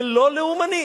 זה לא לאומני,